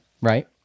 right